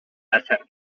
desert